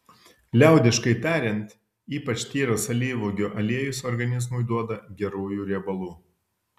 liaudiškai tariant ypač tyras alyvuogių aliejus organizmui duoda gerųjų riebalų